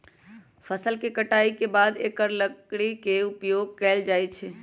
फ़सल के कटाई के बाद एकर लकड़ी के उपयोग कैल जाइ छइ